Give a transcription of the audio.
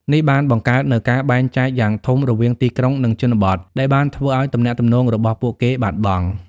នេះបានបង្កើតនូវការបែងចែកយ៉ាងធំរវាងទីក្រុងនិងជនបទ ដែលបានធ្វើឲ្យទំនាក់ទំនងរបស់ពួកគេបាត់បង់។